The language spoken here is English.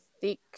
thick